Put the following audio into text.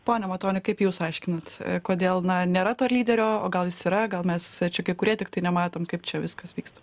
pone matoni kaip jūs aiškinat kodėl na nėra to lyderio o gal jis yra gal mes visai čia kai kurie tiktai nematom kaip čia viskas vyksta